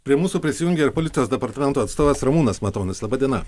prie mūsų prisijungė ir policijos departamento atstovas ramūnas matonis laba diena